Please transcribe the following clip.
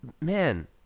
Man